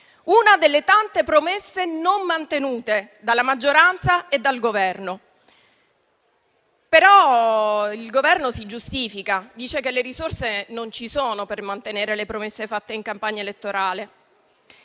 una delle tante promesse non mantenute dalla maggioranza e dal Governo. Il Governo si giustifica dicendo che non ci sono le risorse per mantenere le promesse fatte in campagna elettorale.